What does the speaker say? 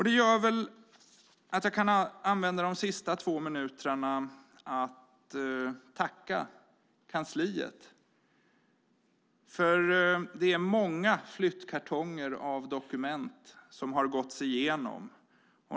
Det gör väl att jag kan använda mina sista två talarminuter till att tacka kansliet. Det är många flyttkartonger med dokument som gåtts igenom.